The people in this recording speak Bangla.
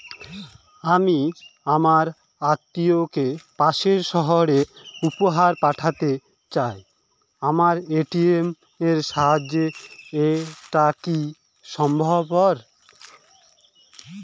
আমি আমার আত্মিয়কে পাশের সহরে উপহার পাঠাতে চাই আমার এ.টি.এম এর সাহায্যে এটাকি সম্ভবপর?